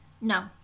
No